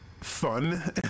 fun